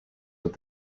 with